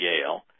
Yale